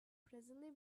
presently